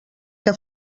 que